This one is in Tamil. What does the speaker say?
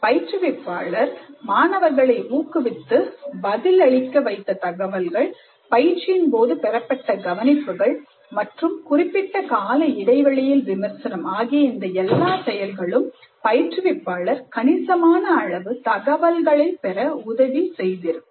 பயிற்றுவிப்பாளர் மாணவர்களை ஊக்குவித்து பதில் அளிக்க வைத்த தகவல்கள் பயிற்சியின் போது பெறப்பட்ட கவனிப்புகள் மற்றும் குறிப்பிட்ட கால இடைவெளியில் விமர்சனம் ஆகிய இந்த எல்லா செயல்களும் பயிற்றுவிப்பாளர் கணிசமான அளவு தகவல்களை பெற உதவி செய்யும்